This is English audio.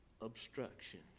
obstruction